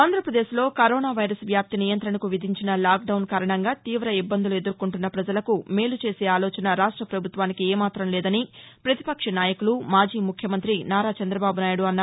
ఆంధ్రప్రదేశ్ లో corona virus వ్యాప్తి నియంత్రణకు విధించిన లాక్ డౌన్ కారణంగా తీవ ఇబ్బందులు ఎదుర్కొంటున్న పజలకు మేలు చేసే ఆలోచన రాష్ట పభుత్వానికి ఏ మాత్రం లేదని పతిపక్ష నాయకులు మాజీ ముఖ్యమంతి నారా చంద్రబాబు నాయుడు అన్నారు